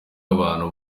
abantu